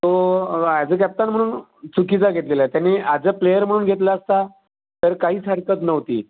तो as a captain म्हणून चुकीचा घेतलेला आहे त्यांनी ॲज अ प्लेअर म्हणून घेतला असता तर काहीच हरकत नव्हती